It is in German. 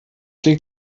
liegt